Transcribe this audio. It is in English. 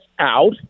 out